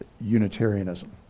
Unitarianism